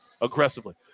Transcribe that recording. Aggressively